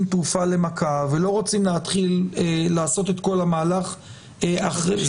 תרופה למכה ולא רוצים להתחיל לעשות את המהלך אחרי זה.